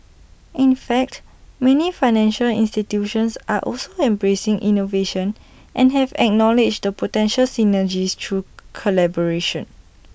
in fact many financial institutions are also embracing innovation and have acknowledged the potential synergies through collaboration